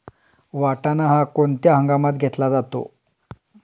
वाटाणा हा कोणत्या हंगामात घेतला जातो?